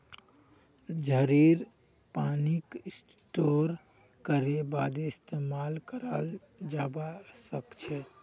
झड़ीर पानीक स्टोर करे बादे इस्तेमाल कराल जबा सखछे